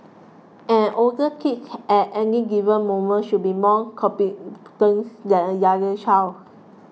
an older kid at any given moment should be more competent than a younger child